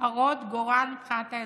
הרות גורל מבחינת האזרחים.